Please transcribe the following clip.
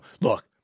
Look